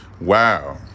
Wow